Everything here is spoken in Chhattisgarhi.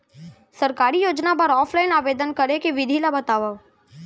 सरकारी योजना बर ऑफलाइन आवेदन करे के विधि ला बतावव